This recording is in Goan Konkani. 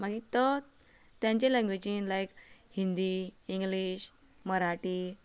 मागीर तो तेंचे लॅंग्वेजीन लालय हिंदी इंग्लीश मराठी